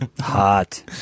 Hot